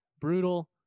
brutal